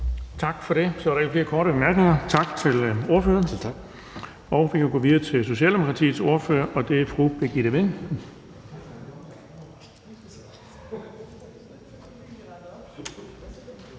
Tak for det. Så er der ikke flere korte bemærkninger. Tak til ordføreren. Vi kan gå videre til Socialdemokratiets ordfører, og det er fru Birgitte Vind.